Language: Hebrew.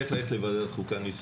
אני צריך ללכת לוועדת חוקה, אני מבקש